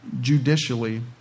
judicially